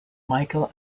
michael